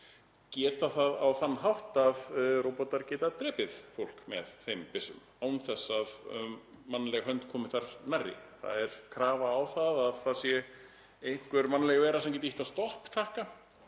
gert það á þann hátt að róbótar geta drepið fólk með þeim byssum án þess að mannleg hönd komi þar nærri. Það er krafa um það að einhver mannleg vera geti ýtt á stopptakka,